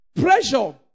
Pressure